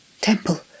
Temple